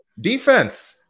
defense